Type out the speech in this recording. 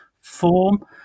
form